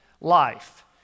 life